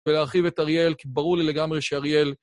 ולהרחיב את אריאל, כי ברור לי לגמרי שאריאל...